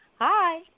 Hi